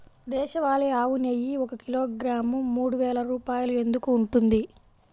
దేశవాళీ ఆవు నెయ్యి ఒక కిలోగ్రాము మూడు వేలు రూపాయలు ఎందుకు ఉంటుంది?